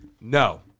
No